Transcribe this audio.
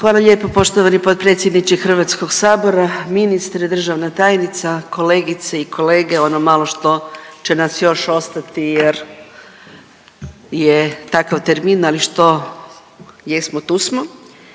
Hvala lijepo poštovani potpredsjedniče Hrvatskog sabora. Ministre, državna tajnica, kolegice i kolege ono malo što će nas još ostati jer je takav termin, ali što jesmo tu smo.